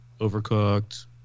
overcooked